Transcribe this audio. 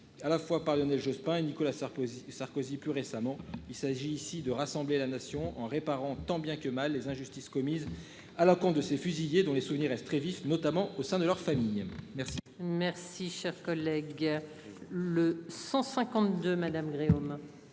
À la fois par Lionel Jospin et Nicolas Sarkozy. Sarkozy plus récemment. Il s'agit ici de rassembler la nation en réparant tant bien que mal les injustices commises à la con de ces fusillés, dont les souvenirs restent très vif, notamment au sein de leur famille. Merci. Merci cher collègue guère le 152 madame Gréaume.